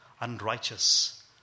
unrighteous